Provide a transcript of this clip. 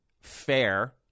fair